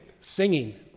singing